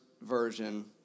version